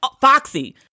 Foxy